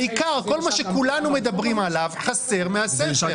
כל מה שכולנו מדברים עליו חסר מהספר.